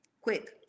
quick